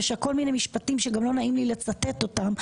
יש שם כל מיני משפטים שגם לא נעים לי לצטט אותם,